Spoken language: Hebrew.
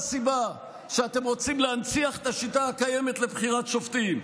סיבה שאתם רוצים להנציח את השיטה הקיימת לבחירת שופטים.